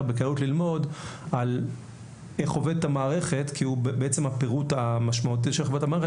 בקלות ללמוד איך עובדת המערכת כי הוא בעצם הפירוט המשמעותי של המערכת